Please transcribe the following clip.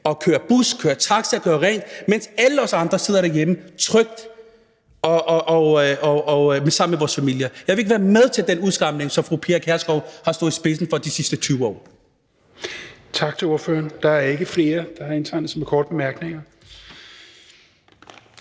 og kører bus, kører taxa, gør rent, mens alle os andre sidder derhjemme trygt sammen med vores familier. Jeg vil ikke være med til den udskamning, som fru Pia Kjærsgaard har stået i spidsen for de sidste 20 år. Kl. 14:31 Tredje næstformand (Rasmus Helveg Petersen):